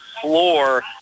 floor